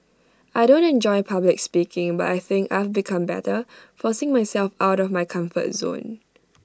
I don't enjoy public speaking but I think I've become better forcing myself out of my comfort zone